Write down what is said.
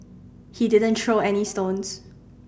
he didn't throw any stones